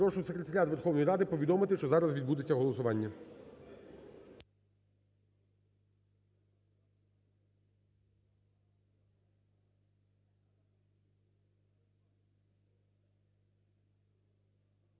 Прошу Секретаріат Верховної Ради повідомити, що зараз відбудеться голосування.